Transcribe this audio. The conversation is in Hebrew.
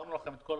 העברנו לכם את כל